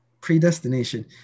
Predestination